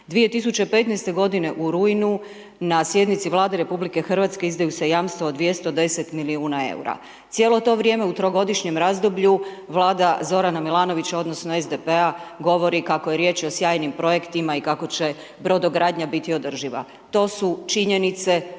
2015. godine u rujnu na sjednici Vlade RH izdaju se jamstva od 210 milijuna EUR-a. Cijelo to vrijeme u trogodišnjem razdoblju Vlada Zorana Milanovića odnosno SDP-a govori kako je riječ o sjajnim projektima i kako će brodogradnja biti održiva. To su činjenice,